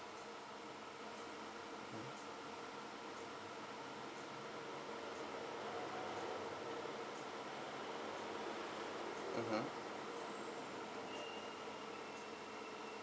mmhmm